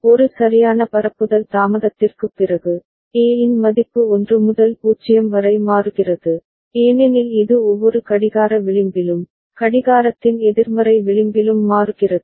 ஒரு சரியான பரப்புதல் தாமதத்திற்குப் பிறகு A இன் மதிப்பு 1 முதல் 0 வரை மாறுகிறது ஏனெனில் இது ஒவ்வொரு கடிகார விளிம்பிலும் கடிகாரத்தின் எதிர்மறை விளிம்பிலும் மாறுகிறது